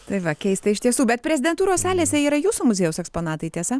tai va keista iš tiesų bet prezidentūros salėse yra jūsų muziejaus eksponatai tiesa